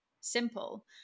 simple